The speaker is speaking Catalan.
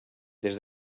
des